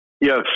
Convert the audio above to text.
Yes